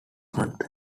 months